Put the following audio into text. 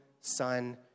son